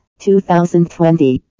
2020